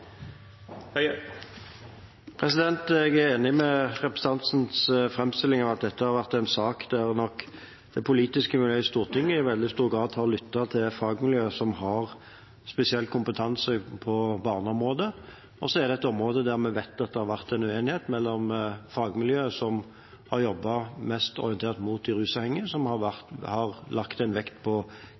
Jeg er enig i representantens framstilling av at dette har vært en sak der en nok politisk, i Stortinget, i veldig stor grad har lyttet til fagmiljøet som har spesiell kompetanse på barneområdet. Så vet vi at det har vært uenighet mellom fagmiljøet som har jobbet mest orientert mot de rusavhengige, og som har lagt vekt på kvinnens situasjon, og fagmiljøene som har